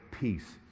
peace